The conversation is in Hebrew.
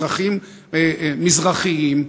אזרחים מזרחים.